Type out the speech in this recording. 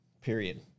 period